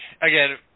again